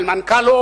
על מנכ"לו,